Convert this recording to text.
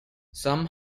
some